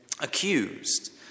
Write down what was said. accused